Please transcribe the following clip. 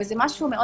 זה מאד מדאיג.